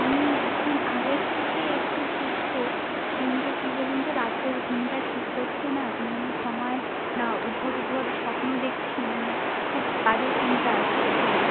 আমি এখন আগের থেকে একটু সুস্থ কিন্তু কী বলুন তো রাত্রের ঘুমটা ঠিক হচ্ছে না ঘুমোনোর সময় না উদ্ভট উদ্ভট স্বপ্ন দেখছি মানে খুব বাজে চিন্তা আসছে আসলে